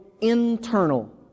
internal